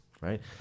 right